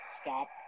stop